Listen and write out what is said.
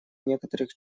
некоторых